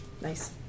Nice